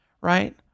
right